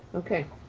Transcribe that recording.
okay,